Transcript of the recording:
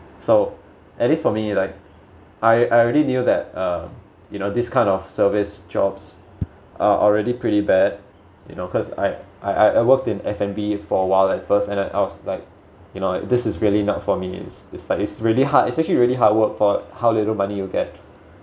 so at least for me like I I already knew that uh you know this kind of service jobs are already pretty bad you know cause I I I worked in F&B for a while at first and I was like you know this is really not for me it's it's like it's really hard it's actually really hard work for how little money you get